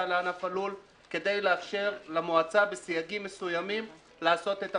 לענף הלול כדי לאפשר למועצה בסייגים מסוימים לעשות את המבוקש.